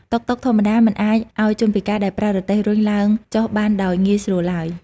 តុកតុកធម្មតាមិនអាចឱ្យជនពិការដែលប្រើរទេះរុញឡើងចុះបានដោយងាយស្រួលឡើយ។